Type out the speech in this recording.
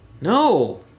No